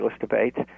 debates